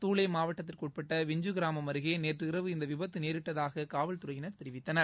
துலே மாவட்டத்திற்கு உட்பட்ட விஞ்சு கிராமம் அருகே நேற்று இரவு இந்த விபத்து நேரிட்டதாக காவல்துறையினர் தெரிவித்தனர்